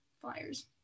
Flyers